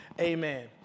amen